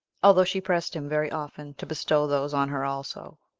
although she pressed him very often to bestow those on her also.